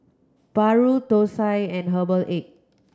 Paru Thosai and herbal egg